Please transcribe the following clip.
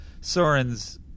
Soren's